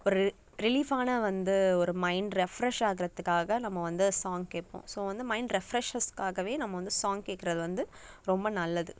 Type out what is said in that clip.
ஒரு ரிலீஃபான வந்து ஒரு மைண்ட் ரெஃப்ரெஷ் ஆகிறத்துக்காக நம்ம வந்து சாங் கேட்போம் ஸோ வந்து மைண்ட் ரெஃப்ரெஷ்ஷஸுக்காகவே நம்ம வந்து சாங் கேக்கிறது வந்து ரொம்ப நல்லது